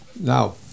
Now